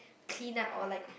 clean up or like